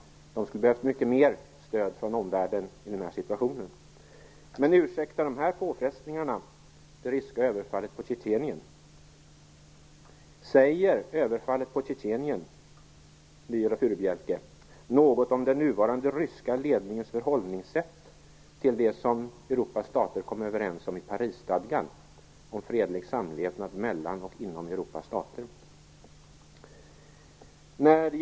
Man skulle ha behövt mycket mera stöd från omvärlden i den här situationen. Men ursäktar de här påfrestningarna det ryska överfallet på Tjetjenien? Säger överfallet på Tjetjenien, Viola Furubjelke, något om den nuvarande ryska ledningens förhållningssätt till det som Europas stater kom överens om i Parisstadgan, nämligen en fredlig samlevnad mellan och inom Europas stater?